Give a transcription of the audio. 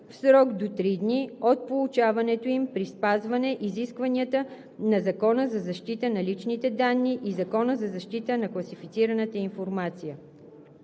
в срок до три дни от получаването им при спазване изискванията на Закона за защита на личните данни и Закона за защита на класифицираната информация.